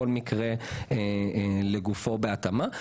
כל מקרה לגופו בהתאמה.